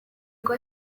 rwo